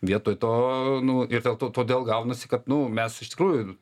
vietoj to nu ir dėl to todėl gaunasi kad nu mes iš tikrųjų